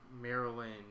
Maryland